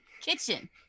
Kitchen